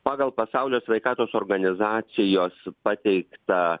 pagal pasaulio sveikatos organizacijos pateiktą